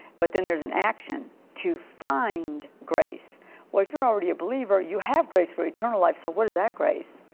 but then there's an action to find grace well if you're already believer you have grace for eternal life. so what is that grace?